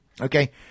Okay